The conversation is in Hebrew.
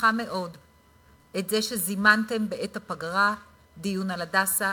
מעריכה מאוד את זה שזימנתם בעת הפגרה דיון על "הדסה".